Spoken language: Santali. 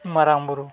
ᱢᱟᱨᱟᱝ ᱵᱩᱨᱩ